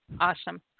Awesome